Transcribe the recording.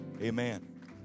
Amen